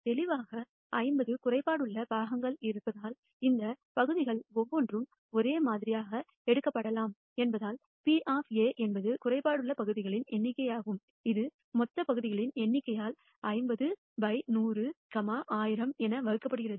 தெளிவாக 50 குறைபாடுள்ள பாகங்கள் இருப்பதால் இந்த பகுதிகள் ஒவ்வொன்றும் ஒரே மாதிரியாக எடுக்கப்படலாம் என்பதால் P என்பது குறைபாடுள்ள பகுதிகளின் எண்ணிக்கையாகும் இது மொத்த பகுதிகளின் எண்ணிக்கையால் 50 by 100 1000 என வகுக்கப்படுகிறது